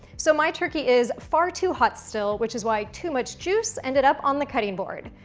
so my turkey is far too hot still which is why too much juice ended up on the cutting board.